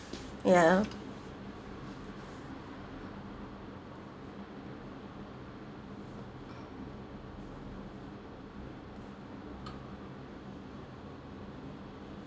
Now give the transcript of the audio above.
ya ya